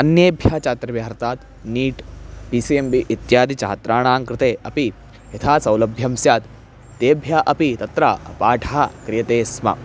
अन्येभ्यः छात्रभ्यर्तात् NEET P C M B इत्यादि छात्राणां कृते अपि यथा सौलभ्यं स्यात् तेभ्यः अपि तत्र पाठः क्रियते स्म